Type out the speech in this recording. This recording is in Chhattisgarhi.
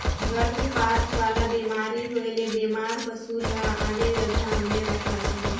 गरभपात वाला बेमारी होयले बेमार पसु ल आने जघा में रखना चाही